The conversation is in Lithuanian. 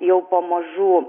jau pamažu